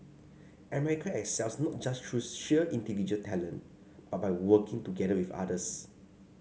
America excels not just through sheer individual talent but by working together with others